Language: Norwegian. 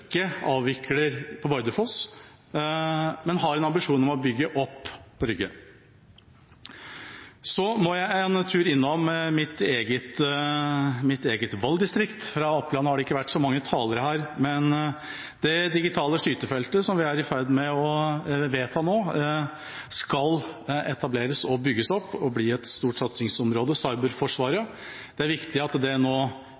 avvikler på Bardufoss, men har en ambisjon om å bygge opp Rygge. Så må jeg en tur innom mitt eget valgdistrikt. Fra Oppland har det ikke vært så mange talere her, men det digitale skytefeltet vi er i ferd med å vedta nå, skal etableres og bygges opp og bli et stort satsingsområde, cyberforsvaret, og det er viktig at det nå